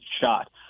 shot